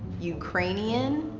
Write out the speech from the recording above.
ukrainian?